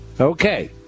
Okay